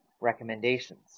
Recommendations